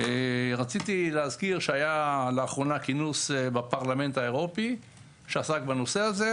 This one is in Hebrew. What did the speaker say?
רציתי להזכיר שהיה לאחרונה כינוס בפרלמנט האירופי שעסק בנושא הזה.